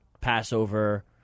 Passover